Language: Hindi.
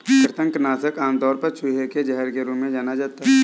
कृंतक नाशक आमतौर पर चूहे के जहर के रूप में जाना जाता है